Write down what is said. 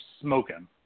smoking